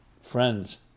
friends